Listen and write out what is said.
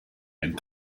and